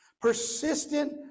persistent